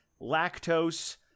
lactose